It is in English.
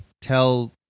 tell